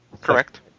correct